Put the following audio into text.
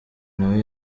nawe